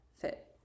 fit